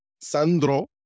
Sandro